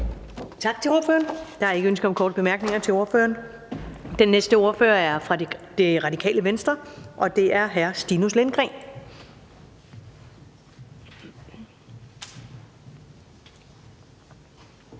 Tak til ordføreren. Der er ikke ønske om korte bemærkninger til ordføreren. Den næste ordfører kommer fra Nye Borgerlige, og det er hr. Lars Boje